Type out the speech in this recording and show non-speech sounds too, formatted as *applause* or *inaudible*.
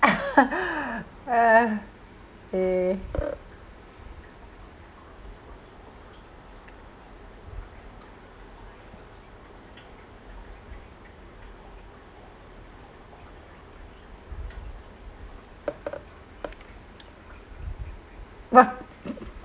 *laughs* okay !wah!